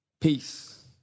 Peace